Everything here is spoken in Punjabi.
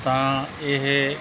ਤਾਂ ਇਹ